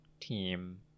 Team